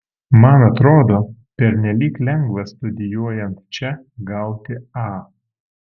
man atrodo pernelyg lengva studijuojant čia gauti a